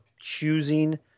choosing